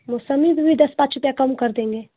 मौसम्बी में भी दस पाँच रुपये कम कर देंगे